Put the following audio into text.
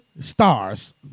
Stars